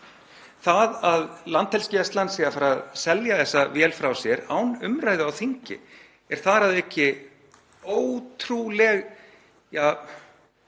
Það að Landhelgisgæslan sé að fara að selja þessa vél frá sér án umræðu á þingi er þar að auki ótrúleg —